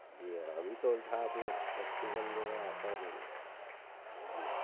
جی ہاں ابھی تو الٹا آپ لوگ فیسٹول جو ہے آفر دینا جی